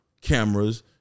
cameras